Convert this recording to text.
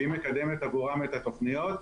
והיא מקדמת עבורם את התוכניות.